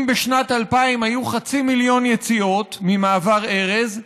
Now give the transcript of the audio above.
אם בשנת 2000 היו חצי מיליון יציאות ממעבר ארז,